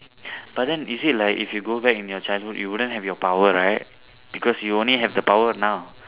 but then you see like if you go back in your childhood you wouldn't have your power right because you only have the power now